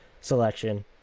selection